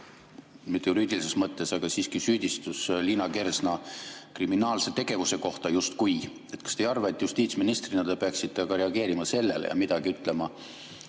mitte juriidilises mõttes, aga siiski süüdistus – Liina Kersna kriminaalse tegevuse kohta justkui. Kas te ei arva, et justiitsministrina te peaksite sellele reageerima ja midagi ütlema